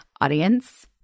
audience